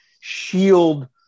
shield